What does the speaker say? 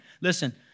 Listen